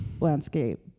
landscape